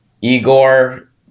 Igor